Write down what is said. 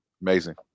amazing